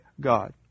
God